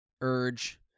urge